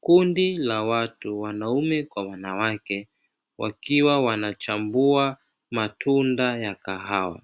Kundi la watu wanaume kwa wanawake wakiwa wanachambua matunda ya kahawa,